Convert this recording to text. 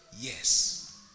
Yes